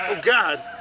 ah god.